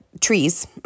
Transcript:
trees